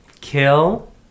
kill